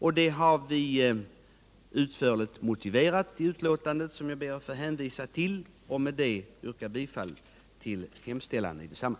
Vi har utförligt motiverat vår ståndpunkt i betänkandet, som jag ber att få hänvisa till samtidigt som jag ber att få yrka bifall till hemställan i detsamma.